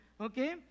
Okay